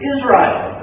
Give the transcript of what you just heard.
Israel